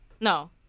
No